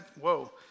whoa